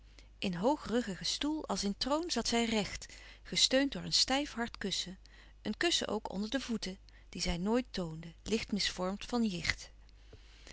in hoogruggigen stoel als in troon zat zij recht gesteund door een stijf hard kussen een kussen ook onder de voeten die zij nooit toonde licht misvormd van jicht